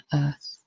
earth